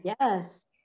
Yes